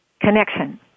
Connection